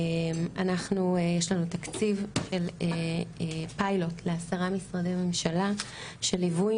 יש לנו תקציב פיילוט לעשרה משרדי ממשלה של ליווי